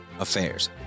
Affairs